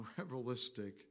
revelistic